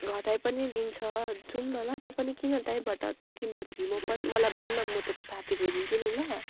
घटाइ पनि दिन्छ जाउँ न ल तँ पनि किन न त्यहीँबाट तँ किन्दाखेरि म मलाई भन न म तेरो साथी गइदिन्छु नि ल